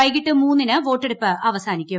വൈകിട്ട് മൂന്നിന് വോട്ടെടുപ്പ് അവസാനിക്കും